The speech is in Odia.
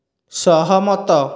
ସହମତ